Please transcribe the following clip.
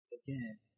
again